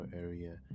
area